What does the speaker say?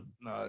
No